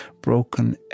broken